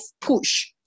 push